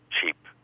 cheap